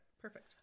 Perfect